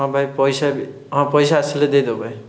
ହଁ ଭାଇ ପଇସା ବି ହଁ ପଇସା ଆସିଲେ ଦେଇ ଦେବୁ ଭାଇ